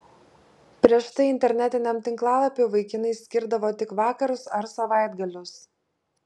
prieš tai internetiniam tinklalapiui vaikinai skirdavo tik vakarus ar savaitgalius